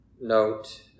note